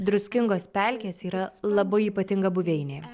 druskingos pelkės yra labai ypatinga buveinė